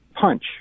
punch